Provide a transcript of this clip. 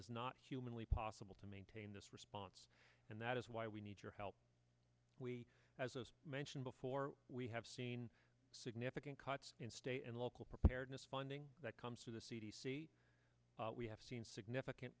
is not humanly possible to maintain this response and that is why we need your help we as i mentioned before we have seen significant cuts in state and local preparedness funding that comes through the c d c we have seen significant